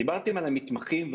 דיברתם על המתמחים,